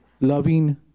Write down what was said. loving